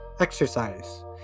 exercise